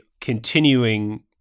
continuing